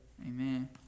Amen